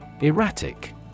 Erratic